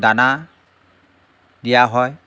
দানা দিয়া হয়